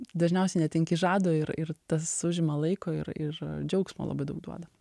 dažniausiai netenki žado ir ir tas užima laiko ir ir džiaugsmo labai daug duoda